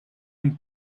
una